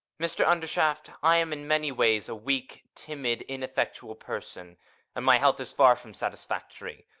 mr undershaft i am in many ways a weak, timid, ineffectual person and my health is far from satisfactory.